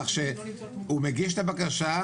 כך שהוא מגיש את הבקשה,